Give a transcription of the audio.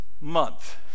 month